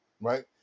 Right